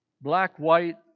black-white